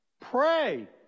pray